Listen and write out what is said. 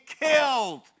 killed